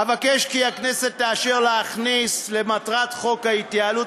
אבקש כי הכנסת תאשר להכניס למטרת חוק ההתייעלות